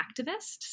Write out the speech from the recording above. activists